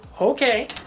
Okay